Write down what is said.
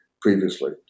previously